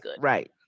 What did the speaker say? right